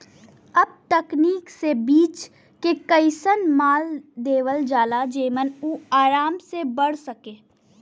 अब तकनीक से बीज के अइसन मल देवल जाला जेमन उ आराम से बढ़ सके